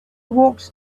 walked